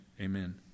Amen